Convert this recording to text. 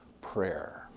prayer